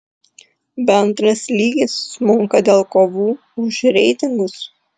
bendras lygis smunka dėl kovų už reitingus